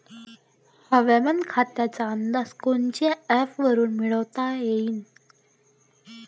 हवामान खात्याचा अंदाज कोनच्या ॲपवरुन मिळवता येईन?